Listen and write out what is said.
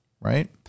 right